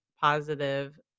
positive